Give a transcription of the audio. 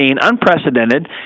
unprecedented